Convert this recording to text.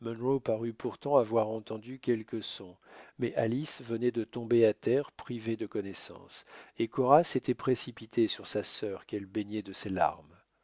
parut pourtant avoir entendu quelques sons mais alice venait de tomber à terre privée de connaissance et cora s'était précipitée sur sa sœur qu'elle baignait de ses larmes